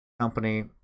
company